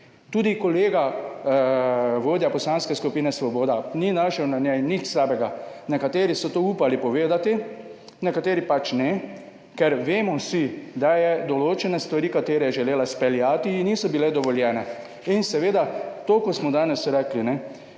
Tudi kolega vodja Poslanske skupine Svoboda ni našel na njej nič slabega, nekateri so to upali povedati, nekateri pač ne, ker vemo vsi, da je določene stvari, katere je želela izpeljati in niso bile dovoljene in seveda, to, kar smo danes rekli,